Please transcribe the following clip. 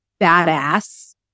badass